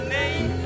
name